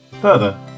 Further